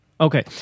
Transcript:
Okay